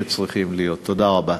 תודה רבה.